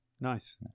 Nice